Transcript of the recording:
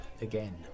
again